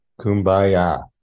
Kumbaya